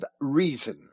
reason